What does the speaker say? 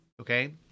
okay